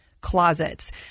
closets